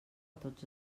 tots